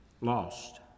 Lost